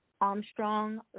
Armstrong